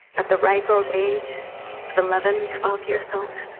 at the ripe old age of eleven, twelve years old?